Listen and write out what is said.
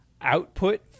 output